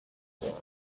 ball